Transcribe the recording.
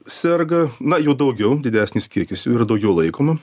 serga na jų daugiau didesnis kiekis ir daugiau laikoma